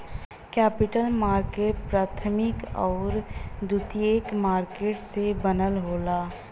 capital market प्राथमिक आउर द्वितीयक मार्केट से बनल होला